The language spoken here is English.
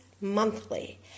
monthly